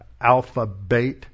alphabet